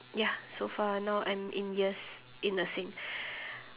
ya so far now I'm in years in nursing